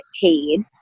paid